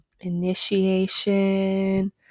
initiation